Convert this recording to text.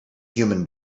human